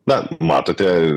na matote